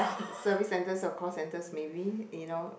service centers or call centers maybe you know